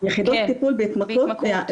יחידות טיפול בהתמכרות,